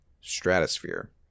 Stratosphere